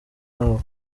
aho